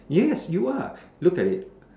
yes you are look at it